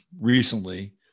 recently